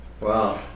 Wow